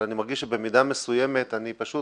אבל אני מרגיש שבמידה מסוימת אני פשוט